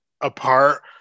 apart